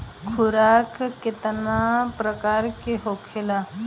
खुराक केतना प्रकार के होखेला?